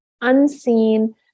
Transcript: unseen